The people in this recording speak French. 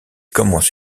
commence